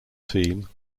team